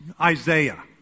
Isaiah